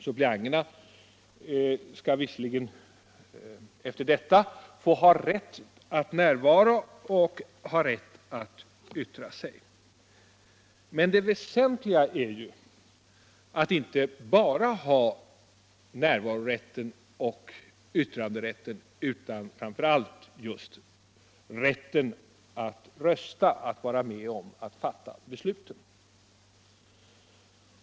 Suppleanterna skall visserligen efter detta ha rätt att närvara och rätt att yttra sig, men det väsentliga är ju att inte bara ha närvarorätten och yttranderätten utan framför allt rätten att rösta, att vara med om att fatta besluten.